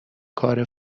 کار